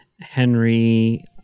Henry